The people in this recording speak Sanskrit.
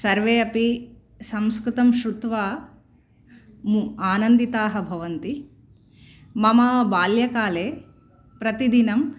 सर्वे अपि संस्कृतं शृत्वा मू आनन्दिताः भवन्ति मम बाल्यकाले प्रतिदिनं